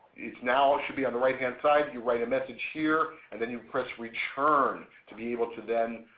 it now should be on the right hand side, you write a message here and then you press return to be able to then,